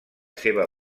seva